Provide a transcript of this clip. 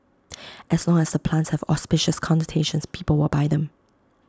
as long as the plants have auspicious connotations people will buy them